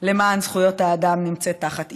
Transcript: למען זכויות האדם נמצאת תחת איום.